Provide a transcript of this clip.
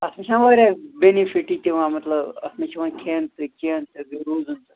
اَتھ منٛز چھِ واریاہ بیٚنِفٹ یہِ تہِ یِوان مطلب اَتھ منٛز چھِ یِوان کھٮ۪ن تہٕ چٮ۪ن تہٕ بیٚیہِ روزُن تہِ